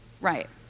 right